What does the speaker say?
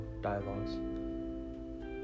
dialogues